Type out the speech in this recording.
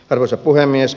arvoisa puhemies